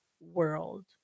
world